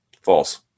False